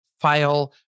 file